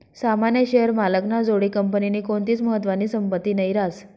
सामान्य शेअर मालक ना जोडे कंपनीनी कोणतीच महत्वानी संपत्ती नही रास